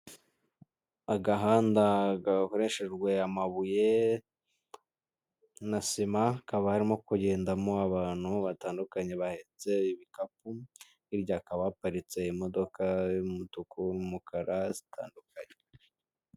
Agahanda gakoreshejwe amabuye na sima, hakaba barimo kugendamo abantu batandukanye bahetse ibikapu, hirya hakaba haparitse imodoka y'umutuku w'umukara zitandukanye.